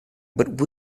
but